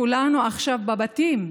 כולנו עכשיו בבתים,